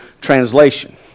translation